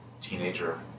teenager